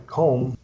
home